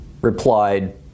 replied